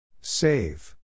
Save